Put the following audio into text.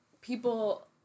people